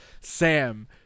Sam